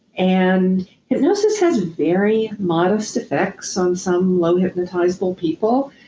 and hypnosis has very modest effects on some low hypnotizable people.